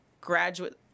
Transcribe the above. graduate